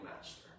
master